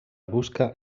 busca